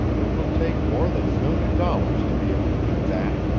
it will take more than a million dollars to be able to do that.